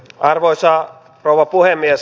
arvoisa rouva puhemies